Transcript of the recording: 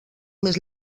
més